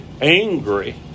angry